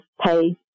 pay